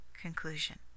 Conclusion